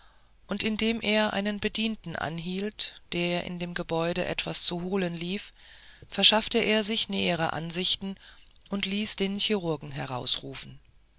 und indem er einen bedienten anhielt der in dem angebäude etwas zu holen lief verschaffte er sich nähere nachricht und ließ den chirurgen